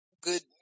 good